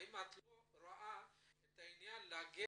האם את לא רואה את העניין להגן